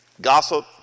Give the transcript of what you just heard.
gossip